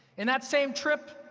in that same trip,